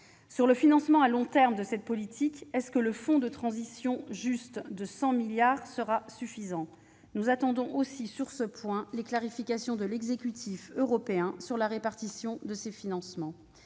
Pour le financement à long terme de cette politique, le fonds de transition juste de 100 milliards d'euros sera-t-il suffisant ? Nous attendons des clarifications de l'exécutif européen sur la répartition de ce financement.